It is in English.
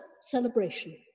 celebration